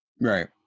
Right